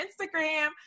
Instagram